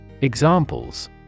Examples